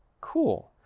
Cool